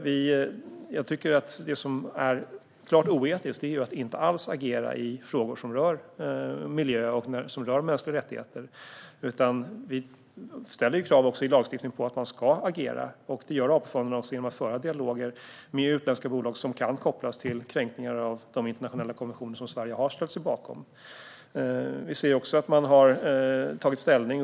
Det som är klart oetiskt är att inte agera alls i frågor som rör miljö och mänskliga rättigheter. Vi ställer krav i lagstiftningen på att man ska agera. Detta gör AP-fonderna genom att föra dialoger med utländska bolag som kan kopplas till kränkningar av de internationella konventioner som Sverige har ställt sig bakom. Vi ser att man har tagit ställning.